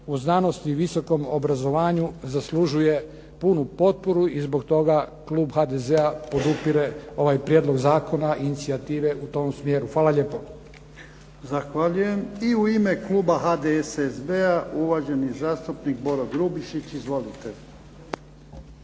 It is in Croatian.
u znanosti i visokom obrazovanju zaslužuje punu potporu i zbog toga klub HDZ-a podupire ovaj prijedlog zakona inicijative u tom smjeru. Hvala lijepo. **Jarnjak, Ivan (HDZ)** Zahvaljujem. I u ime kluba HDSSB-a, uvaženi zastupnik Boro Grubišić. Izvolite.